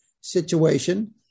situation